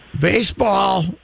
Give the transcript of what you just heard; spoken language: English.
Baseball